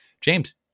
James